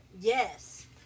Yes